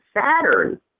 Saturn